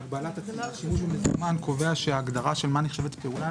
הגבלת השימוש במזומן קובע שההגדרה של מה נחשבת פעולה,